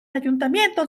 ayuntamiento